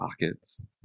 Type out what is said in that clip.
pockets